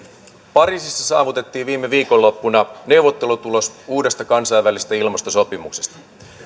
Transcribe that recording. pariisissa saavutettiin viime viikonloppuna neuvottelutulos uudesta kansainvälisestä ilmastosopimuksesta